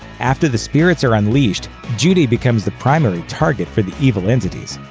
after the spirits are unleashed, judy becomes the primary target for the evil entities.